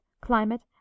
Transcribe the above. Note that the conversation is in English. climate